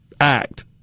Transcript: act